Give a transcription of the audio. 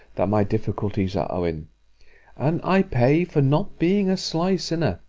that my difficulties are owin and i pay for not being a sly sinner,